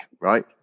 right